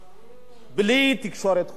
בלי תקשורת חופשית, אדוני היושב-ראש.